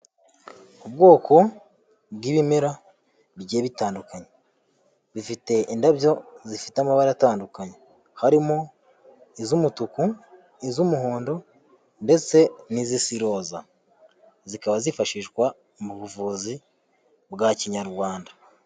Ubwoko bw'ibimera bigiye bitandukanye, bifite indabyo zifite amabara atandukanye harimo: iz'umutuku, iz'umuhondo, ndetse n'izisiroza. Zikaba zifashishwa mu buvuzi bwa kinyarwanda.